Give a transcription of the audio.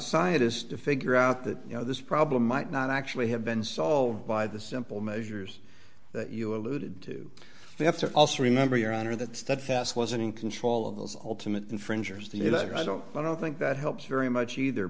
scientist to figure out that you know this problem might not actually have been solved by the simple measures that you alluded to we have to also remember your honor that steadfast wasn't in control of those ultimate infringers the united i don't i don't think that helps very much either